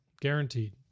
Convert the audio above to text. Guaranteed